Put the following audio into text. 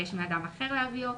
בקש מאדם אחר להביאו.